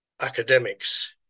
academics